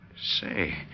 Say